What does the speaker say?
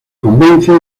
convence